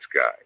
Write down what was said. guy